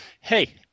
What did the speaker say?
Hey